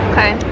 Okay